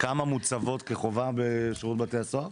כמה מוצבות כחובה בשירות בתי הסוהר?